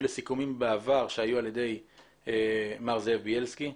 לסיכומים בעבר שהיו על ידי מר זאב ביילסקי,